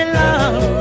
love